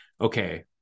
okay